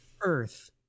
earth